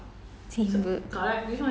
you also got play